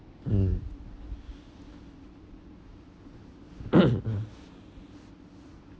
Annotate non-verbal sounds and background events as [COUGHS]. mm [COUGHS]